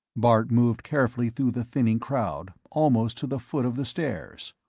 bart moved carefully through the thinning crowd, almost to the foot of the stairs.